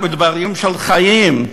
בדברים של חיים,